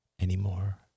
anymore